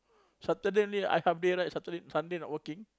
Saturday only I half day right Sunday not working